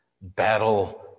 battle